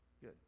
Good